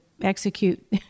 execute